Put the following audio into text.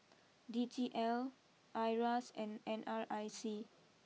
D T L Iras and N R I C